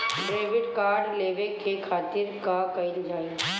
Debit card लेवे के खातिर का कइल जाइ?